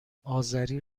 آذری